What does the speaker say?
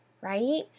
right